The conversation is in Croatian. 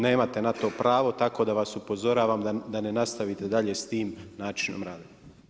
Nemate na to pravo tako da vas upozoravam da ne nastavite dalje s time načinom rada.